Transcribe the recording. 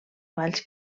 balls